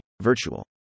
virtual